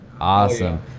Awesome